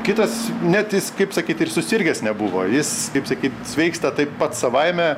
kitas net jis kaip sakyt ir susirgęs nebuvo jis kaip sakyt sveiksta taip pats savaime